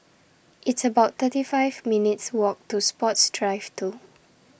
It's about thirty five minutes' Walk to Sports Drive two